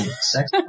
sex